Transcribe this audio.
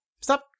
Stop